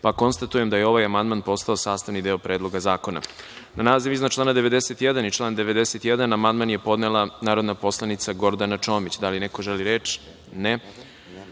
Srbije. Konstatujem da je ovaj amandman postao sastavni deo Predloga zakona. Na naziv iznad člana 91. i član 91. amandman je podnela narodni poslanik Gordana Čomić. Da li neko želi reč? (Ne.)Na